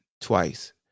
twice